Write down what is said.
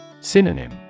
Synonym